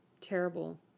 Terrible